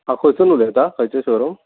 आं खंयसून उलयता खंयचें शोरूम